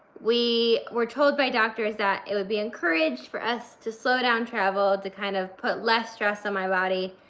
we were told by doctors that it would be encouraged for us to slow down travel, to kind of put less stress on my body,